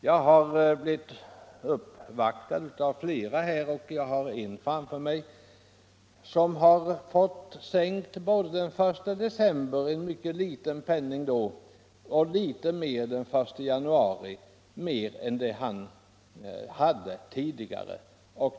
Jag har blivit uppvaktad av flera personer i den här frågan, och jag har framför mig ett brev från en pensionär som fick sin pension sänkt med ett mycket litet belopp den 1 december och med ett något större belopp den 1 januari.